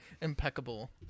impeccable